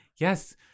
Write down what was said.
yes